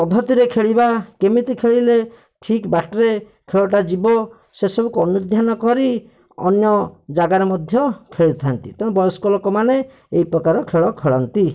ପଦ୍ଧତିରେ ଖେଳିବା କେମିତି ଖେଳିଲେ ଠିକ୍ ବାଟରେ ଖେଳଟା ଯିବ ସେ ସବୁକୁ ଅନୁଧ୍ୟାନ କରି ଅନ୍ୟ ଜାଗାରେ ମଧ୍ୟ ଖେଳିଥାନ୍ତି ତେଣୁ ବୟସ୍କ ଲୋକମାନେ ଏଇପ୍ରକାର ଖେଳଖେଳନ୍ତି